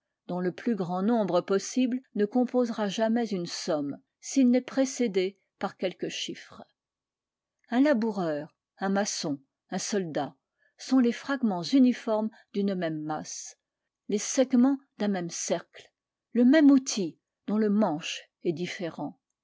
dont le plus grand nombre possible ne composera jamais une somme s'il n'est précédé par quelques chiffres un laboureur un maçon un soldat sont les fragments uniformes d'une même masse les segments d'un même cercle le même outil dont le manche est différent